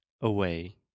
away